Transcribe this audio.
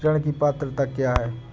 ऋण की पात्रता क्या है?